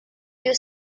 you